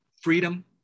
freedom